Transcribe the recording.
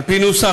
על פי נוסח